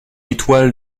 étoile